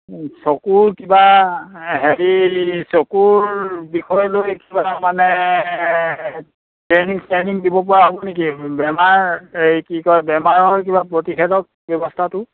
চকুৰ কিবা হেৰি চকুৰ বিষয়লৈ কিবা মানে ট্ৰেইনিং দিব পৰা হ'ব নেকি বেমাৰ এই কি কয় বেমাৰৰ কিবা প্ৰতিষেধক ব্যৱস্থাটো